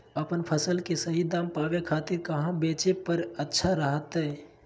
अपन फसल के सही दाम पावे खातिर कहां बेचे पर अच्छा रहतय?